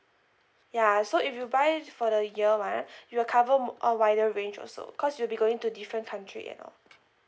ya so if you buy for the year [one] you'll cover mo~ a wider range also cause you'll be going to different country and all